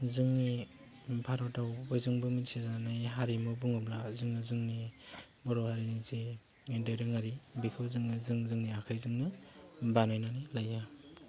जोंनि भारताव बयजोंबो मिथिजानाय हारिमु बुङोब्ला जोङो जोंनि बर' हारिनि जे दोरोङारि बेखौ जोङो जों जोंनि आखाइजोंनो बानायनानै लायो